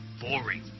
boring